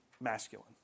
masculine